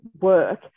work